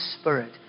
Spirit